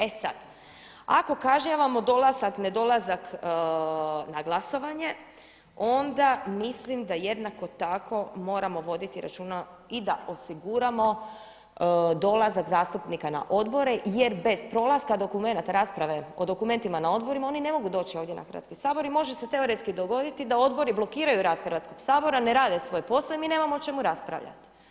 E sada, ako kažnjavamo dolazak, ne dolazak na glasovanje onda mislim da jednako tako moramo voditi računa i da osiguramo dolazak zastupnika na odbore jer bez prolaska dokumenata rasprave, o dokumentima na odborima oni ne mogu doći ovdje na Hrvatski sabor i može se teoretski dogoditi da odbori blokiraju rad Hrvatskoga sabora, ne rade svoj posao i mi nemamo o čemu raspravljati.